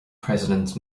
president